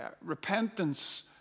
repentance